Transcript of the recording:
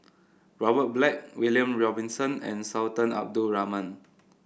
Robert Black William Robinson and Sultan Abdul Rahman